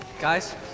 Guys